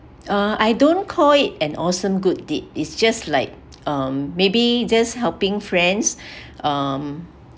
uh I don't call it an awesome good deed is just like um maybe just helping friends um